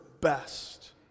best